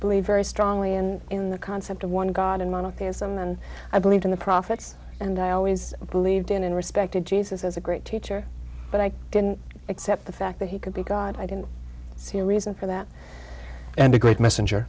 believe very strongly and in the concept of one god in monotheism and i believed in the prophets and i always believed in and respected jesus as a great teacher but i didn't accept the fact that he could be god i didn't see a reason for that and a great messenger